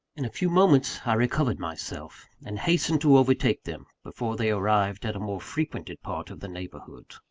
in a few moments i recovered myself and hastened to overtake them, before they arrived at a more frequented part of the neighbourhood.